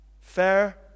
Fair